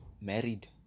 married